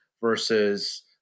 versus